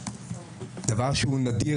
דבר שהוא נדיר,